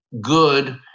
good